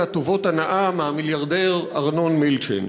טובות הנאה מהמיליארדר ארנון מילצ'ן.